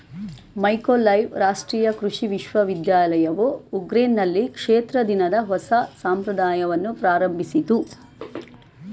Mykolaiv ರಾಷ್ಟ್ರೀಯ ಕೃಷಿ ವಿಶ್ವವಿದ್ಯಾಲಯವು ಉಕ್ರೇನ್ನಲ್ಲಿ ಕ್ಷೇತ್ರ ದಿನದ ಹೊಸ ಸಂಪ್ರದಾಯವನ್ನು ಪ್ರಾರಂಭಿಸಿತು